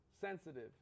sensitive